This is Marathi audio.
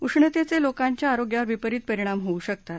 उष्णतेचे लोकांच्या आरोग्यावर विपरित परिणाम होऊ शकतात